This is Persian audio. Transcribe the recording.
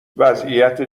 وضعیت